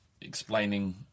explaining